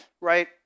right